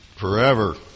forever